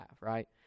right